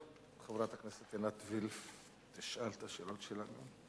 חברת הכנסת עינת וילף תשאל את השאלות שלה.